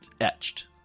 etched